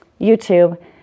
YouTube